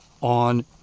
on